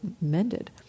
mended